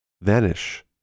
vanish